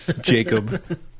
Jacob